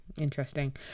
interesting